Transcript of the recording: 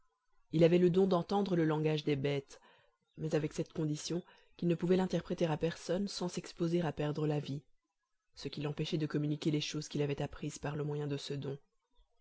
il avait le don d'entendre le langage des bêtes mais avec cette condition qu'il ne pouvait l'interpréter à personne sans s'exposer à perdre la vie ce qui l'empêchait de communiquer les choses qu'il avait apprises par le moyen de ce don